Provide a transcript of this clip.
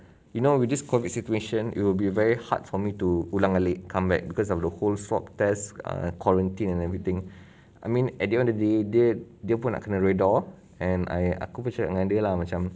you know with this COVID situation it will be very hard for me to ulang balik come back because of the whole swab test err quarantine and everything I mean at the end of the day dia dia pun nak kena redha and I aku pun cakap dengan dia lah macam